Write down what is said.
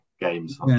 games